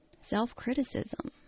Self-criticism